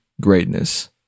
greatness